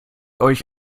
euch